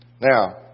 Now